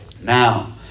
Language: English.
Now